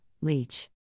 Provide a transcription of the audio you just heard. Leech